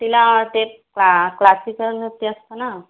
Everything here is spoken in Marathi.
तिला ते क्ला क्लासिकल नृत्य असतं ना